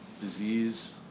disease